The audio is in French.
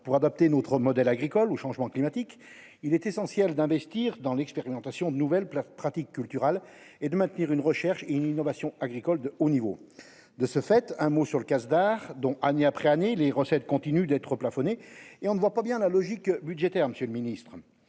pour adapter notre modèle agricole au changement climatique, il est essentiel d'investir dans l'expérimentation de nouvelles plaques pratiques culturales et de maintenir une recherche et innovation agricole au niveau de ce fait, un mot sur le casse d'art dont année après année les recettes continuent d'être plafonné et on ne voit pas bien la logique budgétaire, Monsieur le Ministre